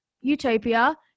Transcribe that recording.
utopia